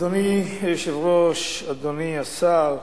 אדוני היושב-ראש, אדוני השר,